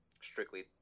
strictly